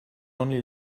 only